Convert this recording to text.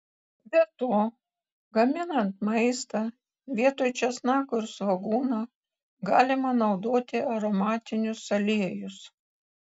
be to gaminant maistą vietoj česnako ir svogūno galima naudoti aromatinius aliejus